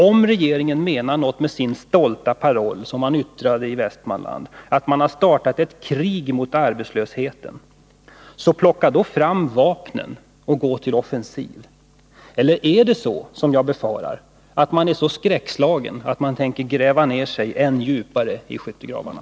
Om regeringen menar något med sin stolta paroll som man framförde i Västmanland, nämligen att man startat ett krig mot arbetslösheten, så plocka då fram vapnen och gå till offensiv! Eller är det så, som jag befarar, att man är så skräckslagen att man tänker gräva ned sig än djupare i skyttegravarna?